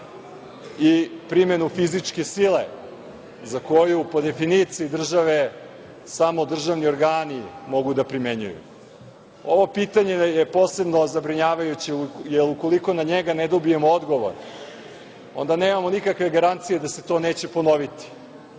i primenu fizičke sile, za koju po definiciji države samo državni organi mogu da primenjuju. Ovo pitanje je posebno zabrinjavajuće ukoliko na njega ne dobijemo odgovor, onda nemamo nikakve garancije da se to neće ponoviti,